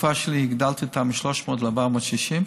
בתקופה שלי הגדלתי אותו מ-300 ל-460,